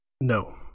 No